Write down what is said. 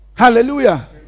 Hallelujah